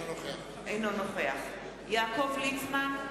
אינו נוכח יעקב ליצמן,